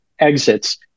exits